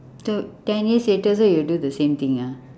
so ten years later so you'll do the same thing ah